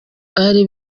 bari